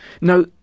Now